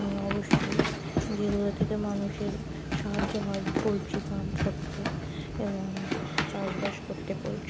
অবশ্যই যেগুলো থেকে মানুষের সাহায্য হয় পোলট্রি ফার্ম করতে এবং চাষবাস করতে পোলট্রি